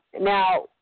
Now